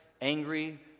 angry